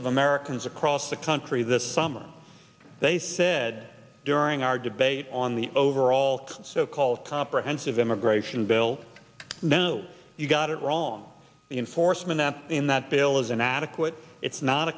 of americans across the country this summer they said during our debate on the overall cost so called comprehensive immigration bill then you got it wrong the enforcement in that bill is inadequate it's not